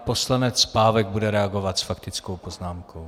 Poslanec Pávek bude reagovat s faktickou poznámkou.